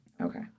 okay